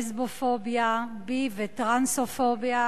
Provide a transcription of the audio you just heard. לסבופוביה, בי וטרנסופוביה,